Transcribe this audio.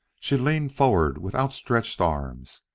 she leaned forward with outstretched arms.